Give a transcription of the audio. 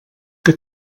que